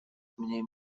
mniej